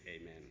Amen